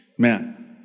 man